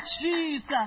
Jesus